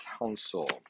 Council